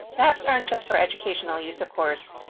maps aren't just for educational use, of course.